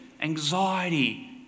anxiety